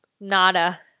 Nada